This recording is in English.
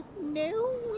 no